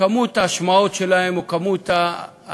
שכמות ההשמעות שלהם או התמלוגים